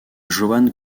joan